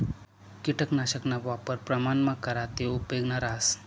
किटकनाशकना वापर प्रमाणमा करा ते उपेगनं रहास